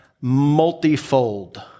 multifold